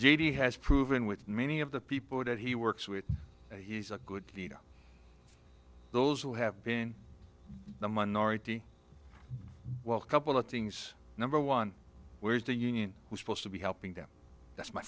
d has proven with many of the people that he works with he's a good leader those who have been the minority well couple of things number one where's the union who's supposed to be helping them that's my